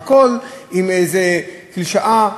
והכול עם איזה קלישאה,